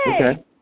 Okay